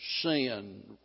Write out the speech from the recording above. Sin